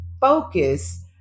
Focus